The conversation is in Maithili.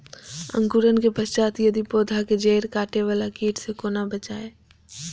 अंकुरण के पश्चात यदि पोधा के जैड़ काटे बाला कीट से कोना बचाया?